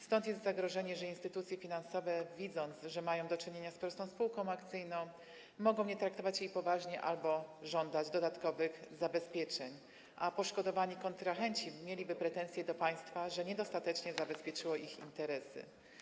Stąd jest zagrożenie, że instytucje finansowe, widząc, że mają do czynienia z prostą spółką akcyjną, mogą nie traktować jej poważnie albo żądać dodatkowych zabezpieczeń, a poszkodowani kontrahenci mieliby pretensje do państwa, że niedostatecznie zabezpieczyło ich interesy.